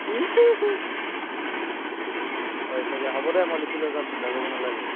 হৈছেগৈ হ'ব দে মই লিখি লৈ যাম চিন্তা কৰিব নেলাগে